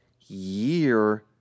year